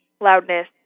loudness